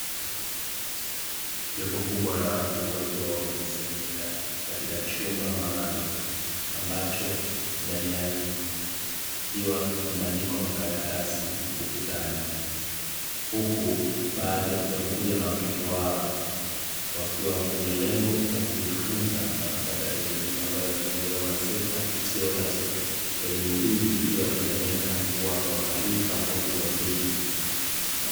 Jopo kubwa la watu wakiwa wamekusanyika katika chumba maalumu ambacho ndani yake kikiwa kimebandikwa makaratasi ukutani. Huku baadhi wakiwa wamekuja na watoto wao wakiwa kwenye lengo la kujifunza na kupata elimu ambayo inatolewa na sekta isiyo rasmi. Elimu hii ikiwa ina lenga kuwapa maarifa watu wazima.